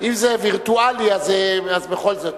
אם זה וירטואלי, אז בכל זאת,